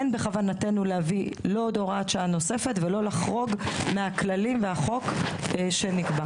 אין בכוונתנו להביא הוראת שעה נוספת ולא לחרוג מהכללים והחוק שנקבע.